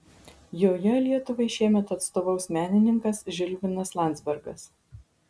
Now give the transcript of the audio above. joje lietuvai šiemet atstovaus menininkas žilvinas landzbergas